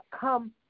come